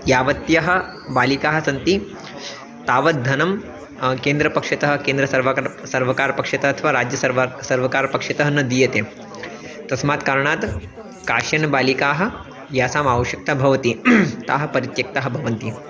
यावन्त्यः बालिकाः सन्ति तावद्धनं केन्द्रपक्षतः केन्द्रसर्वकारः सर्वकारपक्षतः अथवा राज्यसर्वकारः सर्वकारपक्षतः न दीयते तस्मात् कारणात् काश्चन बालिकाः यासाम् आवश्यक्ता भवति ताः परित्यक्ताः भवन्ति